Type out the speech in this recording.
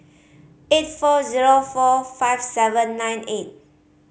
eight four zero four five seven nine eight